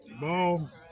Ball